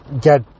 get